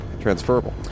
transferable